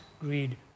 greed